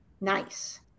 Nice